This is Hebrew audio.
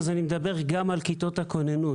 אז אני מדבר גם על כיתת הכוננות.